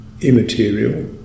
immaterial